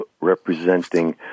representing